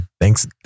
Thanks